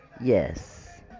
yes